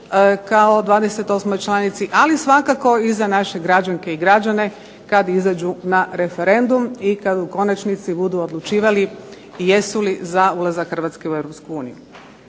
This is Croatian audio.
kao 28. članici, ali svakako i za naše građanke i građane kad izađu na referendum i kad u konačnici budu odlučivali jesu li za ulazak Hrvatske u